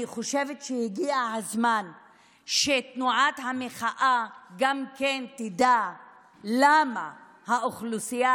אני חושבת שהגיע הזמן שתנועת המחאה תדע למה האוכלוסייה